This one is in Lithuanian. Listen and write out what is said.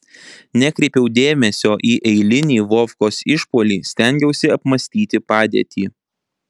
nekreipiau dėmesio į eilinį vovkos išpuolį stengiausi apmąstyti padėtį